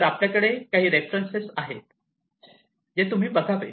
तर आपल्याकडे हे काही रेफरन्सेस आहे ते तुम्ही बघावे